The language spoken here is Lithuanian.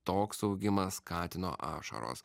toks augimas katino ašaros